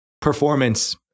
performance